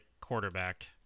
quarterback